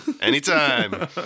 Anytime